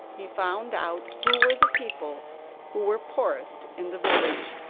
he found out who were the people who were poorest in the village,